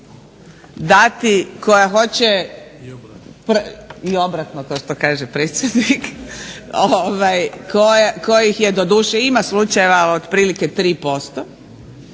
dati koja hoće i obratno to što kaže predsjednik, kojih je doduše ima slučajeva od 3%,